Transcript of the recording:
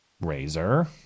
razor